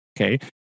okay